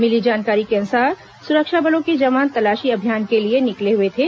मिली जानकारी के अनुसार सुरक्षा बलों के जवान तलाशी अभियान के लिए निकले हुए थे